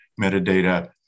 metadata